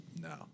No